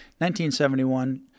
1971